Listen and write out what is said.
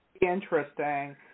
Interesting